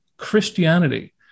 Christianity